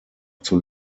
zur